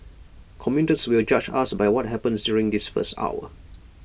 commuters will judge us by what happens during this first hour